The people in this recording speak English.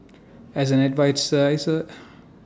as an